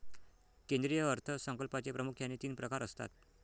केंद्रीय अर्थ संकल्पाचे प्रामुख्याने तीन प्रकार असतात